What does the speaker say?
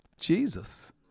jesus